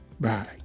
Bye